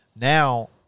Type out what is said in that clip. Now